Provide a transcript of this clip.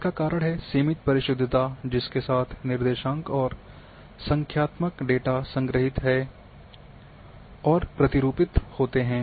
इसका कारण है सीमित प्रतिशुद्धता जिसके साथ निर्देशांक और संख्यात्मक डेटा संग्रहीत और प्रारूपित होते हैं